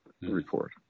report